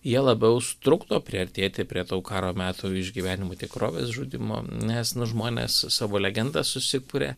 jie labiau sutrukdo priartėti prie tų karo metų išgyvenimų tikrovės žudymo nes nu žmonės savo legendas susikuria